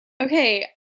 Okay